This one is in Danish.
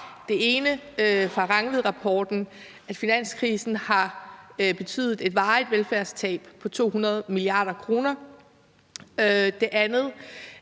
Det ene, fra Rangvidrapporten, er, at finanskrisen har betydet et varigt velfærdstab på 200 mia. kr. Det andet